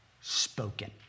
spoken